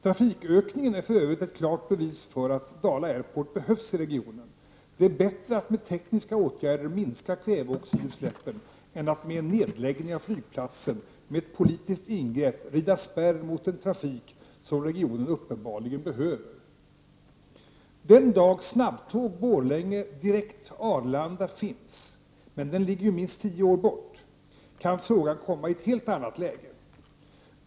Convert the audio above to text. Trafikökningen är för övrigt ett klart bevis för att Dala Airport behövs i regionen. Det är bättre att med tekniska åtgärder minska kväveoxidutsläppen än att med en nedläggning av flygplatsen genom ett politiskt ingrepp rida spärr mot en trafik som regionen uppenbarligen behöver. Den dag snabbtåg finns från Borlänge direkt till Arlanda — men den ligger minst tio år bort — kan frågan komma i ett helt annat läge.